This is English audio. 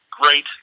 great